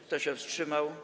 Kto się wstrzymał?